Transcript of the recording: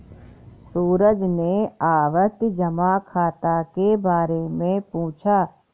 सूरज ने आवर्ती जमा खाता के बारे में पूछा